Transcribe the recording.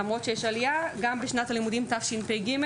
למרות שיש עלייה גם בשנת הלימודים תשפ"ג,